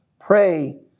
pray